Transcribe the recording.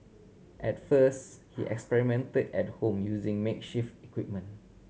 at first he experimented at home using makeshift equipment